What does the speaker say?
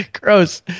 Gross